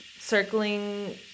circling